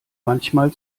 manchmal